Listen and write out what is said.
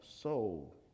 soul